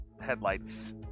headlights